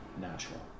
natural